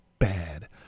Bad